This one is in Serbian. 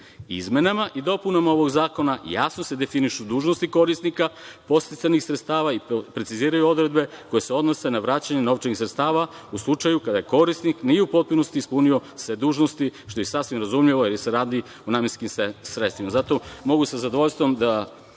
Izmenama i dopunama ovog zakona jasno se definišu dužnosti korisnika podsticajnih sredstava i preciziraju odredbe koje se odnose na vraćanje novčanih sredstava u slučaju kada korisnik nije u potpunosti ispuni sve dužnosti, što je sasvim razumljivo, jer se radi o namenskim sredstvima. Zato mogu sa zadovoljstvom da